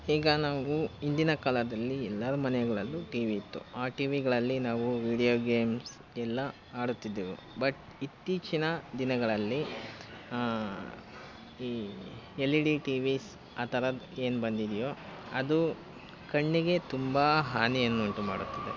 ಈಗ ನಾವು ಇಂದಿನ ಕಾಲದಲ್ಲಿ ಎಲ್ಲಾರ ಮನೆಗಳಲ್ಲು ಟಿ ವಿ ಇತ್ತು ಆ ಟಿ ವಿಗಳಲ್ಲಿ ನಾವು ವೀಡಿಯೊ ಗೇಮ್ಸ್ ಎಲ್ಲಾ ಆಡುತ್ತಿದ್ದೆವು ಬಟ್ ಇತ್ತೀಚಿನ ದಿನಗಳಲ್ಲಿ ಈ L E D TVs ಆ ಥರದ್ದು ಏನು ಬಂದಿದಿಯೊ ಅದು ಕಣ್ಣಿಗೆ ತುಂಬ ಹಾನಿಯನ್ನುಂಟು ಮಾಡುತ್ತದೆ